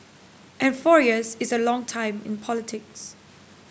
and four years is a long time in politics